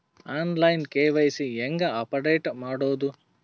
On line KYC ಹೇಂಗ update ಮಾಡೋದು?